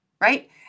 right